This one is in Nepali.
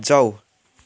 जाऊ